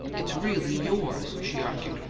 it's really yours, she argued,